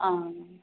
ஆ